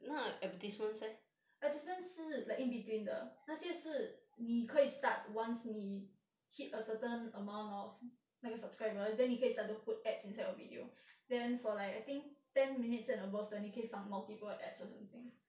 advertisements 是 like in between 的那些是你可以 start once 你 hit a certain amount of 那个 subscribers then 你可以 start to put ads inside your video then for like I think ten minutes and above 的你可以放 multiple ads or something